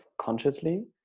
consciously